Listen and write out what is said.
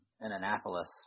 Annapolis